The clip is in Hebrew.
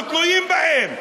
אנחנו תלויים בהם.